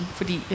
fordi